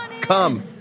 come